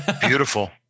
Beautiful